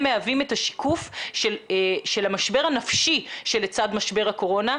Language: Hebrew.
מהווים את השיקוף של המשבר הנפשי שלצד משבר הקורונה,